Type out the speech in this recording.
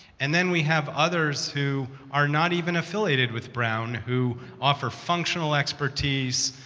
and then we have others who are not even affiliated with brown, who offer functional expertise,